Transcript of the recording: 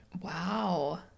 Wow